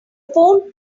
phone